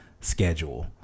schedule